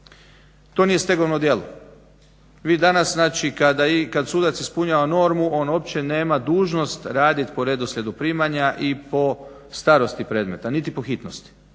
To nije stegovno djelo. Vi danas znači kada sudac ispunjava normu on uopće nema dužnost radit po redoslijedu primanja i po starosti predmeta niti po hitnosti.